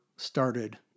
started